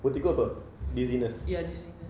vertigo apa dizziness